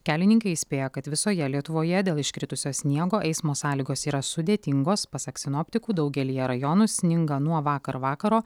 kelininkai įspėja kad visoje lietuvoje dėl iškritusio sniego eismo sąlygos yra sudėtingos pasak sinoptikų daugelyje rajonų sninga nuo vakar vakaro